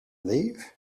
leave